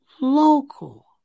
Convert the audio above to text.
local